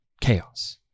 chaos